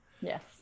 yes